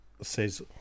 says